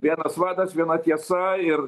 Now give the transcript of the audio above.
vienas vadas viena tiesa ir